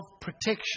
protection